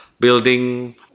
building